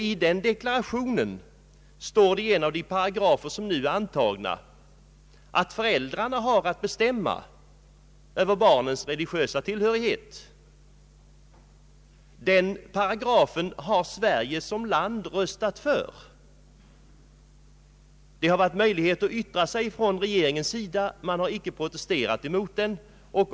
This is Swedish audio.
I en av de paragrafer som nu är antagna i denna deklaration står det att föräldrarna har att bestämma över barnets religiösa tillhörighet. Denna paragraf har Sverige som land röstat för. Regeringen har haft möjligheter att yttra sig över denna bestämmelse och har inte protesterat mot den.